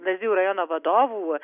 lazdijų rajono vadovų